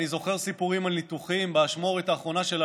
אני זוכר סיפורים על ניתוחים באשמורת האחרונה של הלילה,